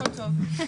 הכול טוב.